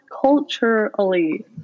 culturally